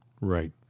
Right